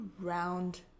round